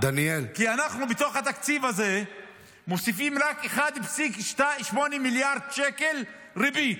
כי אנחנו בתוך התקציב הזה מוסיפים רק 1.8 מיליארד שקל ריבית.